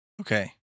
Okay